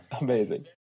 Amazing